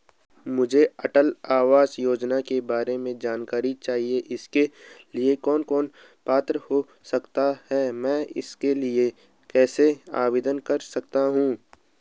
मुझे अटल आवास योजना के बारे में जानकारी चाहिए इसके लिए कौन कौन पात्र हो सकते हैं मैं इसके लिए कैसे आवेदन कर सकता हूँ?